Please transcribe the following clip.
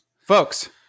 Folks